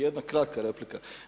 Jedna kratka replika.